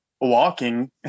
walking